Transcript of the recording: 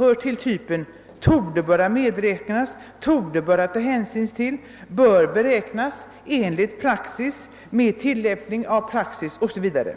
av typen »torde böra medräknas», »torde böra ta hänsyn till», »bör beräknas», »enligt praxis», »i regel», »med tillämpning av praxis» 0. S. V.